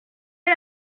est